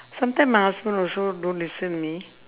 sometimes my husband also don't listen me